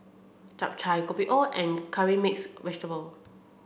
Chap Chai Kopi O and Curry Mixed Vegetable